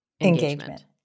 engagement